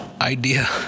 idea